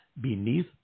Beneath